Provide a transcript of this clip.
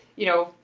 you know,